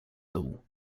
dół